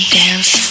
dance